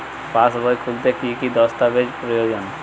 পাসবই খুলতে কি কি দস্তাবেজ প্রয়োজন?